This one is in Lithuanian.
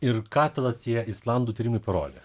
ir ką tada tie islandų tyrimai parodė